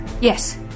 yes